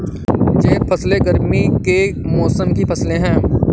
ज़ैद फ़सलें गर्मी के मौसम की फ़सलें हैं